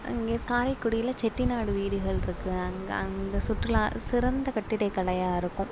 இங்கே கரைக்குடியில் செட்டிநாடு வீடுகள் இருக்கு அங்கே அங்கே சுற்றுலா சிறந்த கட்டிடை கலையாக இருக்கும்